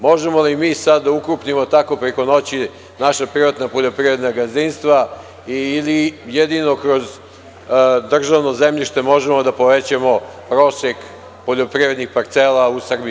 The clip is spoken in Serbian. Možemo li mi sada da ukrupnimo tako preko noći naša privatna poljoprivredna gazdinstva, ili jedino kroz državno zemljište možemo da povećamo prosek poljoprivrednih parcela u Srbiji?